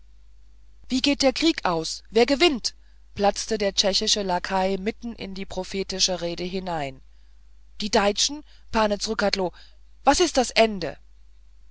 wie geht der krieg aus wer gewinnt platzte der tschechische lakai mittein in die prophetische rede hinein die deitschen pane zrcadlo was ist das ende